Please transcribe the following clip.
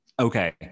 Okay